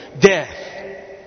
Death